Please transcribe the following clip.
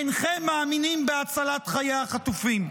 אינכם מאמינים בהצלת חיי החטופים.